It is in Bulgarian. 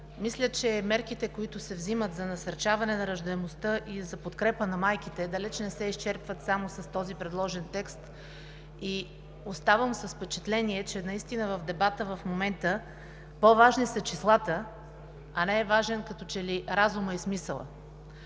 Мисля, че мерките, които се взимат за насърчаване на раждаемостта и за подкрепа на майките, далеч не се изчерпват само с този предложен текст. Оставам с впечатление, че наистина в дебата в момента по-важни са числата, а не е важен като че ли разумът и смисълът.